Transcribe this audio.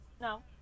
No